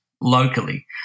locally